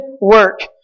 work